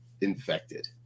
infected